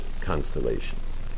constellations